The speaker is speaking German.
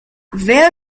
wer